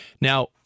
Now